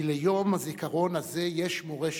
כי ליום הזיכרון הזה יש מורשת,